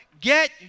get